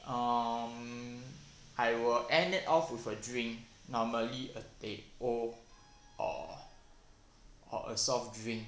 um I will end it off with a drink normally teh O or or a soft drink